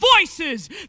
voices